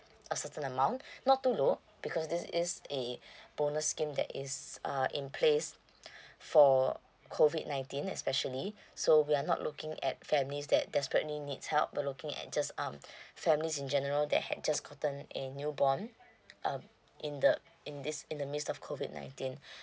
a certain amount not to low because this is a bonus scheme that is uh in place for COVID nineteen especially so we are not looking at families that desperately needs help we're looking at just um families in general that had just gotten a newborn uh in the in this in the midst of COVID nineteen